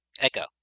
Echo